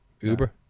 Uber